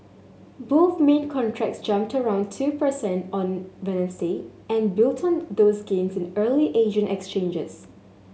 both main contracts jumped around two percent on Wednesday and built on those gains in early Asian exchanges